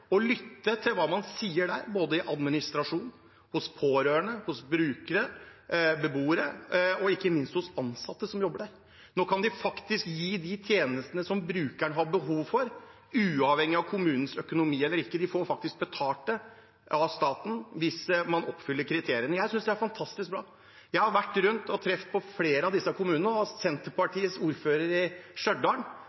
lytte til hva man sier både i administrasjonen, hos pårørende, brukere, beboere og ikke minst ansatte som jobber der. Nå kan de gi de tjenestene som brukeren har behov for, uavhengig av kommunens økonomi. De får faktisk betalt av staten hvis man oppfyller kriteriene. Jeg synes det er fantastisk bra. Jeg har vært rundt og truffet på flere i disse kommunene. Senterpartiets ordfører i Stjørdal er stor tilhenger og